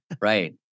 right